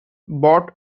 bought